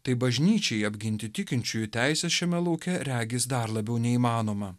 tai bažnyčiai apginti tikinčiųjų teises šiame lauke regis dar labiau neįmanoma